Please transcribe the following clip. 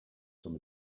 from